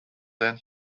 than